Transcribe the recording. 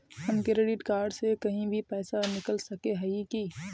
हम credit card से कहीं भी पैसा निकल सके हिये की?